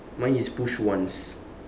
mine is push once